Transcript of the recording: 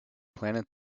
planet